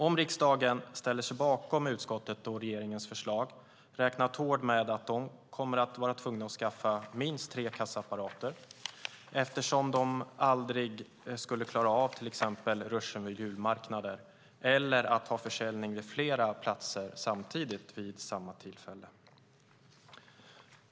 Om riksdagen ställer sig bakom utskottets och regeringens förslag räknar Tord med att de kommer att vara tvungna att skaffa minst tre kassaapparater eftersom de aldrig skulle klara av till exempel ruschen vid julmarknader eller att ha försäljning vid flera platser samtidigt vid samma tillfälle.